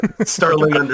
sterling